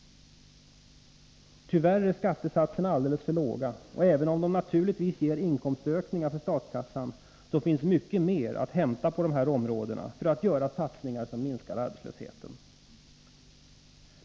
Tyvärr är skattesatserna alldeles för låga, och även om skatterna naturligtvis ger statskassan inkomstökningar, finns mycket mer att hämta på dessa områden för att göra satsningar som minskar arbetslösheten.